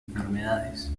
enfermedades